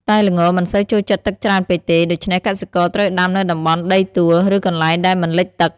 តែល្ងមិនសូវចូលចិត្តទឹកច្រើនពេកទេ ដូច្នេះកសិករត្រូវដាំនៅតំបន់ដីទួល ឬកន្លែងដែលមិនលិចទឹក។